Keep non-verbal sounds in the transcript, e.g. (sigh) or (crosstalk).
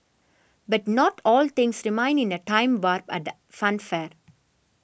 but not all things remind in a time (unintelligible) at the funfair